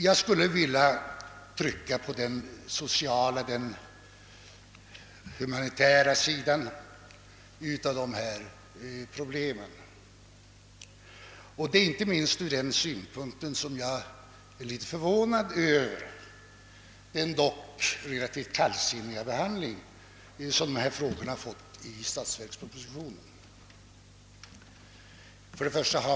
Jag skulle vilja trycka på den sociala och humanitära sidan av dessa problem. Det är inte minst ur den synpunkten som jag är litet förvånad över den relativt kallsinniga behandling som hithörande frågor har fått i statsverkspropositionen.